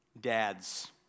Dads